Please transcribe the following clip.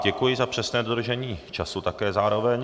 Děkuji za přesné dodržení času také zároveň.